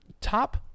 top